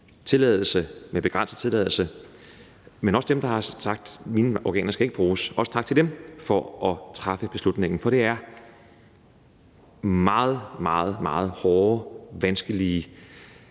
med begrænset tilladelse, men også til dem, der har sagt: Mine organer skal ikke bruges. Også tak til dem for at træffe beslutningen, for det er meget, meget hårde, vanskelige